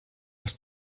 was